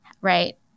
right